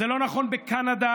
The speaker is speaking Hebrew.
זה לא נכון בקנדה,